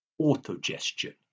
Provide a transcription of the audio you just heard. Autogestion